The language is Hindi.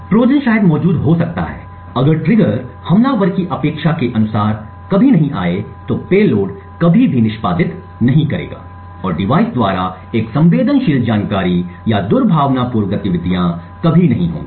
ट्रोजन शायद मौजूद हो सकता है अगर ट्रिगर हमलावर की अपेक्षा के अनुसार कभी नहीं आई तो पेलोड कभी भी निष्पादित नहीं करेगा और डिवाइस द्वारा एक संवेदनशील जानकारी या दुर्भावनापूर्ण गतिविधियां कभी नहीं होंगी